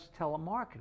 Telemarketing